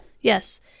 Yes